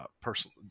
personally